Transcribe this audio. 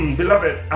beloved